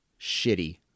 shitty